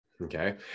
okay